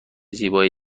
زیبایی